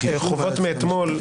חובות מאתמול,